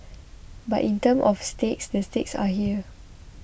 but in terms of stakes the stakes are here